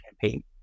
campaign